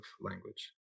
language